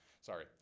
Sorry